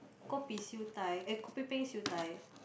kopi siew dai eh kopi peng siew dai